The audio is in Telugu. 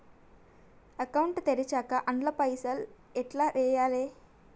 అకౌంట్ తెరిచినాక అండ్ల పైసల్ ఎట్ల వేయాలే?